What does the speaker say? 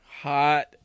hot